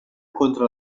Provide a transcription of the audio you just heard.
contra